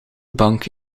bank